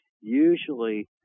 usually